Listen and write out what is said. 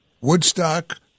Woodstock